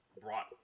brought